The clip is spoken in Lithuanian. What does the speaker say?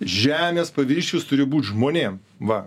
žemės paviršius turi būt žmonėm va